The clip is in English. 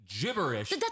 gibberish